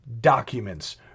documents